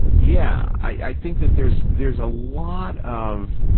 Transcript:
yeah, i think that there's there's a lot of,